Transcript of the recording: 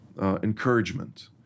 encouragement